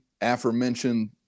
aforementioned